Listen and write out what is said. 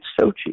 Sochi